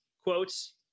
quotes